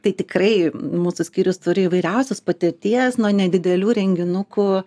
tai tikrai mūsų skyrius turi įvairiausios patirties nuo nedidelių renginukų